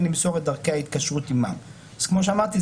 למסור את דרכי ההתקשרות עמם." אז כמו שאמרתי,